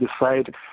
decide